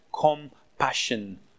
compassion